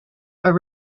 are